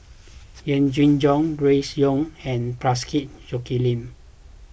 Yee Jenn Jong Grace Young and Parsick Joaquim